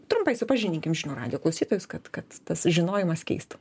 trumpai supažindinkim žinių radijo klausytojus kad kad tas žinojimas keistų